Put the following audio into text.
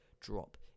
drop